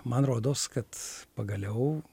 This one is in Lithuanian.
man rodos kad pagaliau